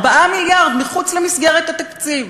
4 מיליארד מחוץ למסגרת התקציב.